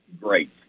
great